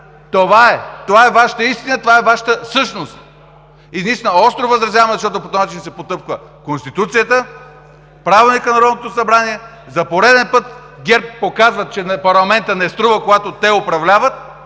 Това е Вашата истина. Това е Вашата същност. И наистина остро възразяваме, защото по този начин се потъпква Конституцията, Правилника на Народното събрание. За пореден път ГЕРБ показват, че парламентът не струва, когато те управляват,